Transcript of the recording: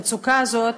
המצוקה הזאת,